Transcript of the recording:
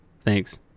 Thanks